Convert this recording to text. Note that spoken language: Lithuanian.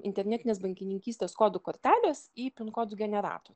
internetinės bankininkystės kodų kortelės į pin kodų generatorių